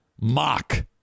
mock